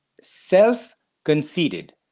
Self-conceited